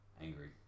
angry